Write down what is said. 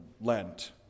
Lent